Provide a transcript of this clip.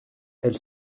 elle